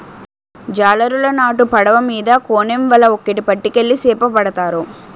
జాలరులు నాటు పడవ మీద కోనేమ్ వల ఒక్కేటి పట్టుకెళ్లి సేపపడతారు